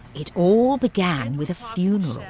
it all began with a funeral.